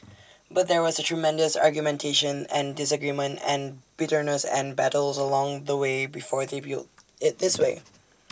but there was tremendous argumentation and disagreement and bitterness and battles along the way before they built IT this way